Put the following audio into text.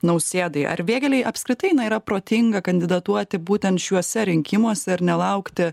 nausėdai ar vėgėlei apskritai na yra protinga kandidatuoti būtent šiuose rinkimuose ir nelaukti